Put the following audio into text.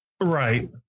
right